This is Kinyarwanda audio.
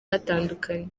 hatandukanye